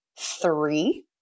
three